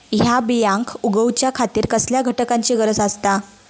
हया बियांक उगौच्या खातिर कसल्या घटकांची गरज आसता?